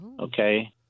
okay